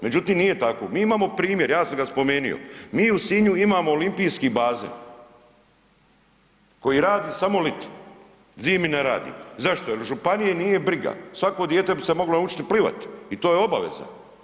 Međutim, nije tako, mi imamo primjer, ja sam ga spomenio, mi u Sinju imamo olimpijski bazen koji radi samo liti, zimi ne radi, zašto, jer županije nije briga, svako dijete bi se moglo naučiti plivat i to je obaveza.